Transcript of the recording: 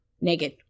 naked